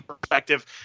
perspective